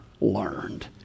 learned